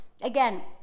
again